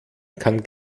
kann